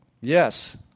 Yes